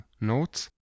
notes